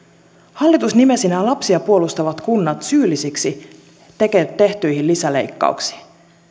hallitus nimesi nämä lapsia puolustavat kunnat syyllisiksi tehtyihin lisäleikkauksiin